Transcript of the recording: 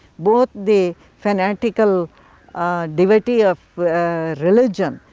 both the fanatical devotee of religion,